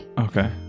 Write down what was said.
Okay